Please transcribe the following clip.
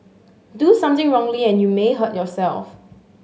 do something wrongly and you may hurt yourself